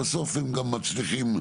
בסוף הם גם מצליחים,